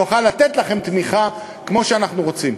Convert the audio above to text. נוכל לתת לכם תמיכה כמו שאנחנו רוצים.